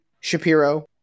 Shapiro